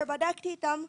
שבדקתי איתם,